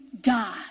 die